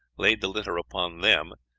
laid the litter upon them,